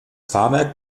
fahrwerk